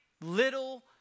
little